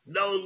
no